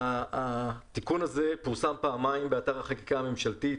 התיקון הזה פורסם פעמיים באתר החקיקה הממשלתי.